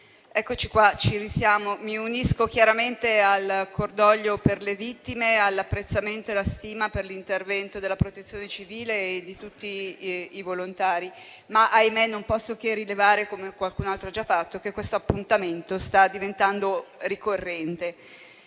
eccoci qui, ci risiamo. Mi unisco al cordoglio per le vittime, all'apprezzamento e alla stima per l'intervento della Protezione civile e di tutti i volontari. Ma - ahimè - non posso che rilevare, come qualcun altro ha già fatto, che questo appuntamento sta diventando ricorrente.